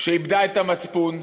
שאיבדה את המצפון,